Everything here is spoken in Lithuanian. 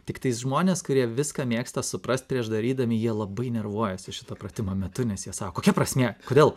tiktais žmonės kurie viską mėgsta suprast prieš darydami jie labai nervuojasi šito pratimo metu nes jie sako kokia prasmė kodėl